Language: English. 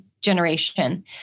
generation